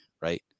right